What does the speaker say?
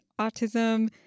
autism